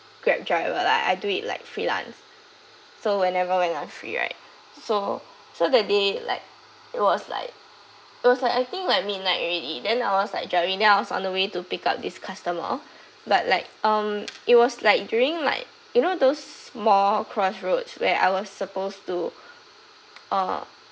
grab driver lah I do it like freelance so whenever when I'm free right so so that day like it was like it was like I think like midnight already then I was like driving down on the way to pick up this customer but like um it was like during like you know those small crossroads where I was suppose to uh